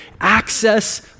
access